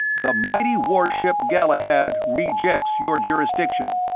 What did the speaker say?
the mighty warship galahad rejects your jurisdiction.